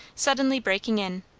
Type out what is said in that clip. suddenly breaking in.